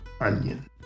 onion